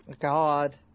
God